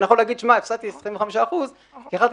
אז אני יכול להגיד: הפסדתי 25%. יכולתי